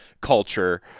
culture